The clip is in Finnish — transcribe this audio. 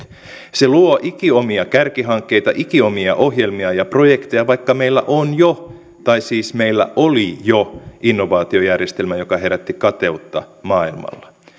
se luo ikiomia kärkihankkeita ikiomia ohjelmia ja projekteja vaikka meillä on jo tai siis meillä oli jo innovaatiojärjestelmä joka herätti kateutta maailmalla